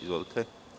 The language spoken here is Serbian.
Izvolite.